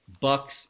bucks